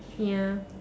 ya